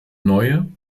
neue